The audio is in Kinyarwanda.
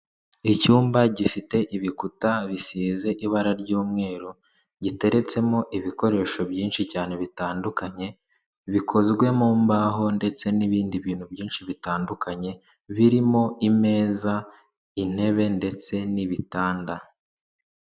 Icyumba gifite ibikuta bisize ibara ry'umweru, giteretsemo ibikoresho byinshi cyane bitandukanye bikozwe mu mbaho ndetse n'ibindi bintu byinshi bitandukanye birimo imeza, intebe, ndetse n'ibitanda.